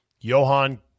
johan